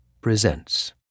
presents